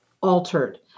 altered